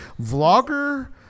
Vlogger